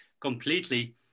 completely